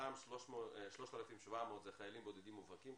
מתוכם 3,700 זה חיילים בודדים מובהקים,